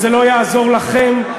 וזה לא יעזור לכם,